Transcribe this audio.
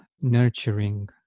nurturing